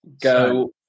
Go